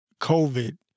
COVID